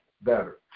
better